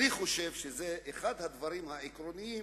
אני חושב שזה אחד הדברים העקרוניים,